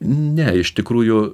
ne iš tikrųjų